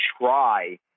try